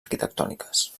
arquitectòniques